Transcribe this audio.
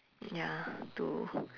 ya to